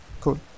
cool